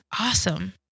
awesome